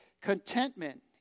Contentment